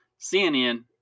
CNN